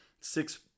six